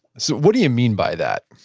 so what do you mean by that?